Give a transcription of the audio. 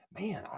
Man